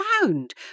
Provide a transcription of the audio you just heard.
found